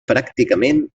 pràcticament